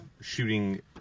shooting